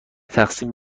تقسیم